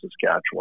Saskatchewan